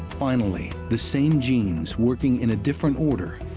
finally, the same genes, working in a different order,